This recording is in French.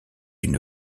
une